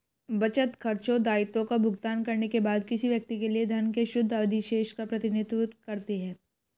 बचत, खर्चों, दायित्वों का भुगतान करने के बाद किसी व्यक्ति के लिए धन के शुद्ध अधिशेष का प्रतिनिधित्व करती है